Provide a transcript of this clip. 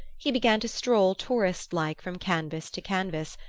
he began to stroll touristlike from canvas to canvas,